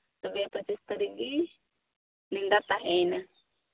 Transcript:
ᱛᱚᱵᱮ ᱯᱚᱸᱪᱤᱥ ᱛᱟᱹᱨᱤᱠᱷ ᱜᱮ ᱱᱮᱰᱟ ᱛᱟᱦᱮᱸᱭᱮᱱᱟ